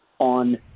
on